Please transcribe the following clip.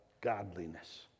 godliness